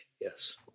Yes